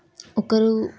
ఒకరు